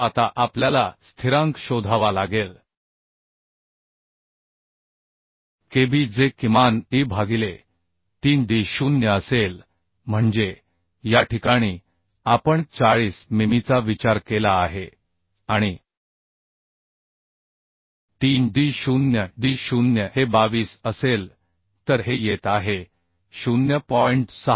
आता आपल्याला स्थिरांक शोधावा लागेल kb जे किमान e भागिले 3d0 असेल म्हणजे या ठिकाणी आपण 40 मिमीचा विचार केला आहे आणि 3d0 d0 हे 22 असेल तर हे येत आहे 0